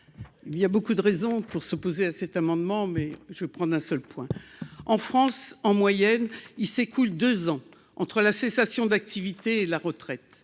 Il y a beaucoup de raisons pour s'opposer à cet amendement mais je prendre un seul point en France. En moyenne, il s'écoule 2 ans entre la cessation d'activité, la retraite